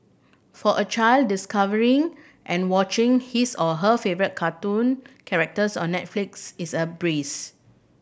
for a child discovering and watching his or her favourite cartoon characters on Netflix is a breeze